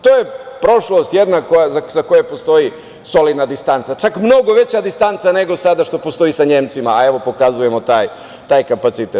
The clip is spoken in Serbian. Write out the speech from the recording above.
To prošlost za koju postoji solidna distanca, čak mnogo veća distanca nego sada što postoji sa Nemcima, a evo pokazujem taj kapacitet.